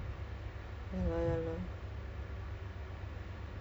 ah just hope COVID will end soon